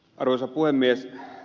arvoisa puhemies